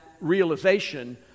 realization